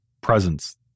presence